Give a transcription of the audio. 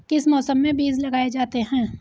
किस मौसम में बीज लगाए जाते हैं?